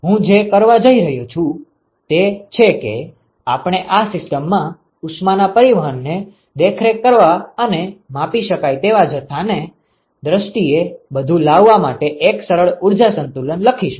તો હવે હું જે કરવા જઇ રહ્યો છું તે છે કે આપણે આ સિસ્ટમમાં ઉષ્માના પરિવહનને દેખરેખ કરવા અને માપી શકાય તેવા જથ્થાની દ્રષ્ટિએ બધું લાવવા માટે એક સરળ ઉર્જા સંતુલન લખીશું